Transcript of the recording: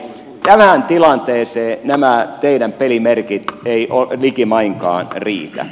tähän tilanteeseen nämä teidän pelimerkit eivät likimainkaan riitä